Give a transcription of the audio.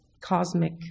cosmic